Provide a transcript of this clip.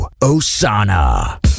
Osana